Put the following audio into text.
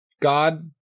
God